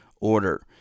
order